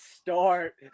start